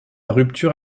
rupture